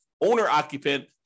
owner-occupant